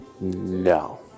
No